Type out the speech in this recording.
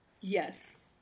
Yes